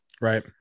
Right